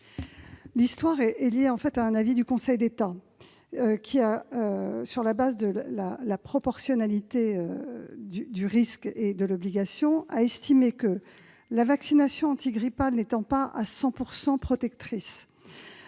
L'histoire est liée en fait à un avis du Conseil d'État qui a, sur la base de la proportionnalité du risque et de l'obligation, estimé que, la vaccination antigrippale n'étant pas à 100 % protectrice